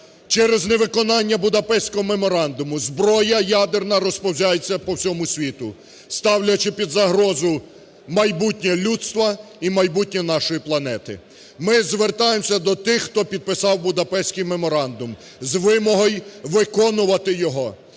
Через невиконання Будапештського меморандуму зброя ядерна розповзається по всьому світу, ставлячи під загрозу майбутнє людства і майбутнє нашої планети. Ми звертаємося до тих, хто підписав Будапештський меморандум, з вимогою виконувати його.